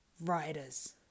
riders